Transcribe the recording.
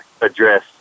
address